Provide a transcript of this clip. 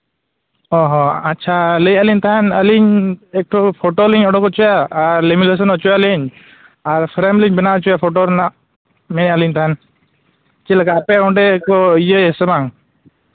ᱚᱻ ᱦᱚᱸ ᱟᱪᱪᱷᱟ ᱞᱟᱹᱭᱮᱫ ᱛᱟᱦᱮᱱ ᱞᱤᱧ ᱟᱹᱞᱤᱧ ᱯᱷᱳᱴᱳ ᱞᱤᱧ ᱩᱰᱩᱠ ᱦᱚᱪᱚᱭᱟ ᱟᱨ ᱞᱤᱢᱤᱱᱮᱥᱮᱱ ᱦᱚᱪᱚᱭᱟᱞᱤᱧ ᱟᱨ ᱯᱷᱨᱮᱢ ᱞᱤᱧ ᱵᱮᱱᱟᱣ ᱦᱚᱪᱚᱭᱟ ᱯᱷᱳᱴᱳ ᱨᱮᱱᱟᱜ ᱞᱟᱹᱭ ᱟᱫ ᱞᱤᱧ ᱛᱟᱦᱮᱱ ᱪᱮᱫ ᱠᱮᱠᱟ ᱟᱯᱮ ᱚᱸᱰᱮ ᱠᱚ ᱤᱭᱟᱹᱭᱟᱥᱮ ᱵᱟᱝ